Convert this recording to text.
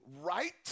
right